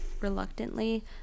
reluctantly